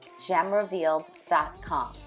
gemrevealed.com